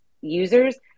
users